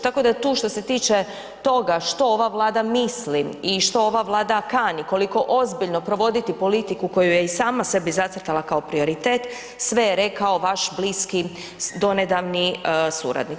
Tako da tu što se tiče toga što ova Vlada misli i što ova Vlada kani, koliko ozbiljno provoditi politiku koju je i sama sebi zacrtala kao prioritet, sve rekao vaš bliski donedavni suradnik.